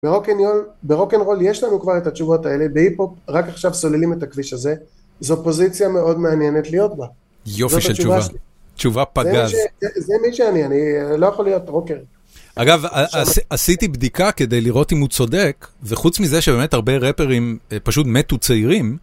ברוקנרול, ברוקנרול יש לנו כבר את התשובות האלה, בהיפופ רק עכשיו סוללים את הכביש הזה, זו פוזיציה מאוד מעניינת להיות בה. יופי של תשובה. תשובה פגז. זה מי שאני, אני לא יכול להיות רוקר. אגב, עשיתי בדיקה כדי לראות אם הוא צודק, וחוץ מזה שבאמת הרבה ראפרים פשוט מתו צעירים